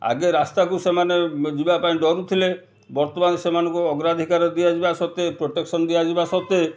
ଆଗେ ରାସ୍ତାକୁ ସେମାନେ ଯିବା ପାଇଁ ଡରୁଥିଲେ ବର୍ତ୍ତମାନ ସେମାନଙ୍କ ଅଗ୍ରାଧିକାର ଦିଆଯିବା ସତ୍ତ୍ଵେ ପ୍ରୋଟେକ୍ସନ୍ ଦିଆଯିବା ସତ୍ତ୍ଵେ